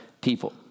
people